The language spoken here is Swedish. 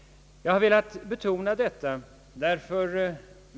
Jag har velat betona detta.